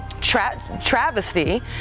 travesty